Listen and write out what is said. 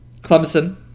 Clemson